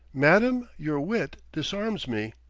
madam, your wit disarms me